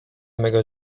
mego